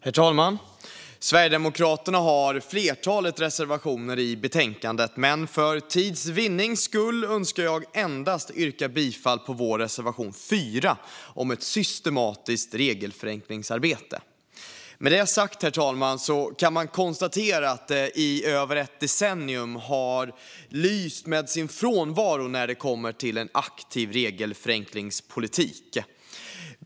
Herr talman! Sverigedemokraterna har ett flertal reservationer i betänkandet, men för tids vinning önskar jag endast yrka bifall till vår reservation 4 om ett systematiskt regelförenklingsarbete. Med det sagt, herr talman, kan man konstatera att en aktiv regelförenklingspolitik i över ett decennium har lyst med sin frånvaro.